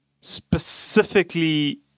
specifically